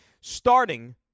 starting